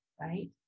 right